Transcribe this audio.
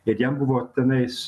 bet jam buvo tenais